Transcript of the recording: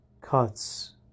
cuts